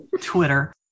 twitter